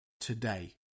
today